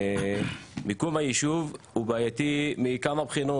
מיקום היישוב הוא בעייתי מכמה בחינות.